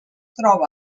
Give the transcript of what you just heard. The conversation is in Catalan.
troba